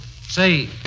Say